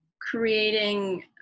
creating